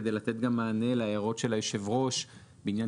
כדי לתת מענה גם להערות של יושב הראש בעניין